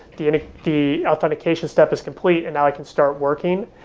the and the authentication step is complete, and now, i can start working.